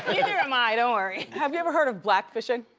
neither am i, don't worry. have you ever heard of black fishing?